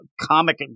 comic